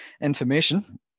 information